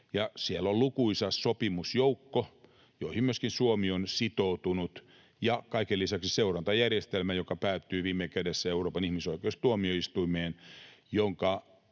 Siellä on lukuisa sopimusjoukko, johon myöskin Suomi on sitoutunut, ja kaiken lisäksi seurantajärjestelmä, joka päättyy viime kädessä Euroopan ihmisoikeustuomioistuimeen, johon